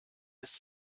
ist